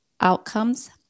outcomes